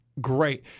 great